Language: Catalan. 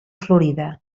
florida